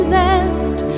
left